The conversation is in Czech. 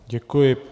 Děkuji.